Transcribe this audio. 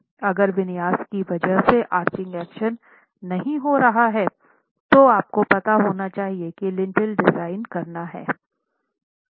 अगर विन्यास की वजह से आर्चिंग एक्शन नहीं हो रहा है तो आपको पता होना चाहिए की लिंटेल डिज़ाइन करना हैं